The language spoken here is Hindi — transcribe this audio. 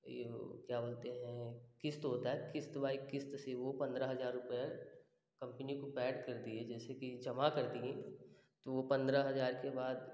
वो क्या बोलते हैं किस्त होता है किस्त बाइ किस्त से वो पंद्रह हजार रुपए कंपनी को पैड कर दिए जमा कर दिए तो वो पंद्रह हजार के बाद